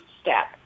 step